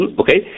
okay